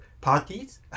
parties